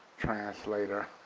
translator,